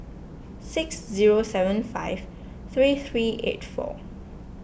six zero seven five three three eight four